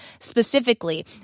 specifically